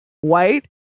white